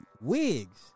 Wigs